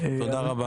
תודה רבה.